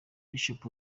bishop